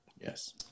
Yes